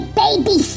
baby